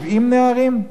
70 נערים?